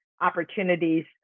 opportunities